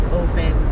open